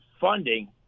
funding